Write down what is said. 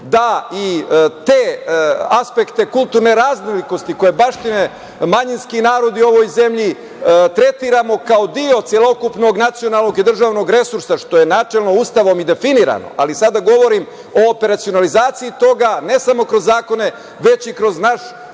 da i te aspekte kulturne različitosti koje baštine manjinski narodi u ovoj zemlji tretiramo kao deo celokupnog nacionalnog i državnog resursa, što je načelno i Ustavom definisano. Sada govorim o operacionalizaciji toga, ne samo kroz zakone već i kroz naš